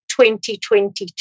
2022